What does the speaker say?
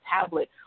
tablet